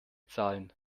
zahlen